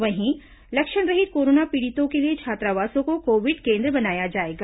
वहीं लक्षणरहित कोरोना पीड़ितों के लिए छात्रावासों को कोविड केन्द्र बनाया जाएगा